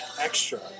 extra